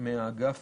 מהאגף